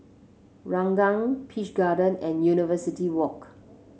Ranggung Peach Garden and University Walk